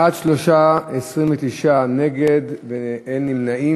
בעד, 3, 29 נגד, אין נמנעים.